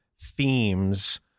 themes